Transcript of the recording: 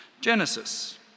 Genesis